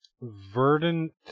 verdant